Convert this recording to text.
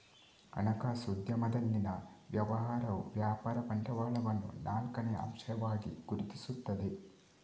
ಹಣಕಾಸು ಉದ್ಯಮದಲ್ಲಿನ ವ್ಯವಹಾರವು ವ್ಯಾಪಾರ ಬಂಡವಾಳವನ್ನು ನಾಲ್ಕನೇ ಅಂಶವಾಗಿ ಗುರುತಿಸುತ್ತದೆ